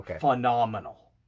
phenomenal